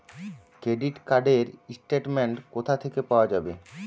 Credit card র statement কোথা থেকে পাওয়া যাবে?